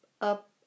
up